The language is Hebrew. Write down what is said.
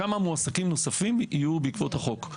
כמה מועסקים נוספים יהיו בעקבות החוק.